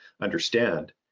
understand